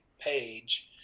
page